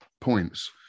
points